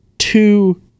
Two